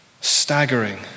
staggering